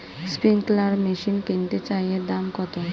Sprinkler machine কিনতে চাই এর দাম কত?